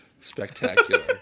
spectacular